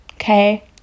Okay